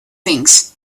things